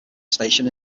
station